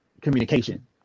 communication